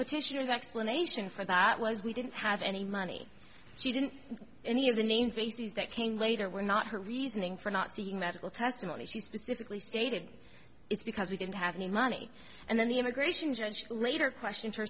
petitioners explanation for that was we didn't have any money she didn't any of the names places that came later were not her reasoning for not seeking medical testimony she specifically stated it's because we didn't have any money and then the immigration judge later question